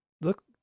look